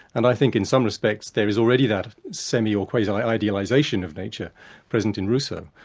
and i think in some respects there is already that semi or quasi idealisation of nature present in rousseau.